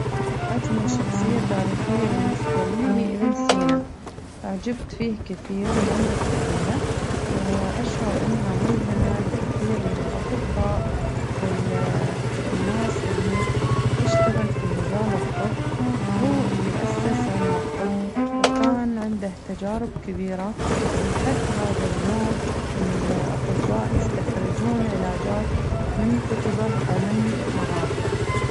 أجمل شخصية تاريخية بالنسبة لي هي ابن سينا أعجبت فيه كثير منذ الطفولة وأشعر إنها ملهمة لكثير من الأطباء وال الناس اللي تشتغل في مجال الطب هو اللي أسس علم الطب وكان عنده تجارب كبيرة لحد هذا اليوم الأطباء يستخرجون علاجات من كتبه ومن معارفه.